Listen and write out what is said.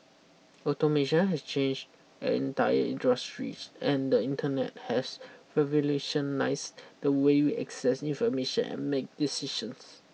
automation has changed entire industries and the internet has revolutionised the way we access information and make decisions